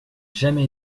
jamais